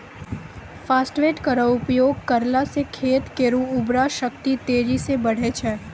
phosphate केरो उपयोग करला सें खेत केरो उर्वरा शक्ति तेजी सें बढ़ै छै